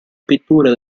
pittura